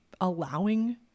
allowing